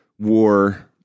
War